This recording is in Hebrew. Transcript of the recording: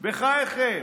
בחייכם,